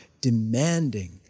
demanding